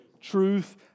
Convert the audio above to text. truth